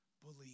believe